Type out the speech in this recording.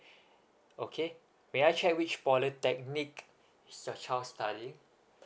okay may I check which polytechnic is your child studying